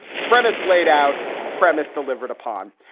premise laid out, premise delivered upon.